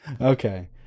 okay